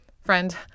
friend